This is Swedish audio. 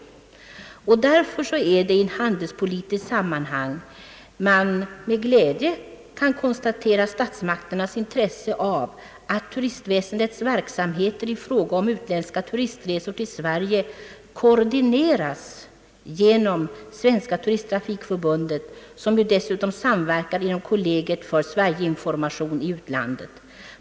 Det är därför i handelspolitiskt sammanhang att med glädje konstatera statsmakternas intresse av att turistväsendets verksamhet i fråga om utländska turistresor till Sverige koordineras genom Svenska turisttrafikförbundet som dessutom samverkar inom Kollegiet för Sverigeinformation i utlandet.